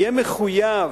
יהיה מחויב